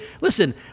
Listen